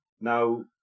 Now